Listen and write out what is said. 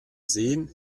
sehen